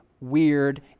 weird